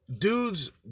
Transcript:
Dudes